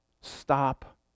stop